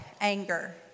anger